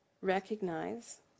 recognize